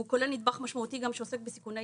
והוא כולל גם נדבך משמעותי שעוסק בסיכוני